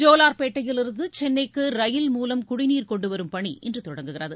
ஜோலார்பேட்டையிலிருந்து சென்னைக்கு ரயில் மூலம் குடிநீர் கொண்டு வரும் பணி இன்று தொடங்குகிறது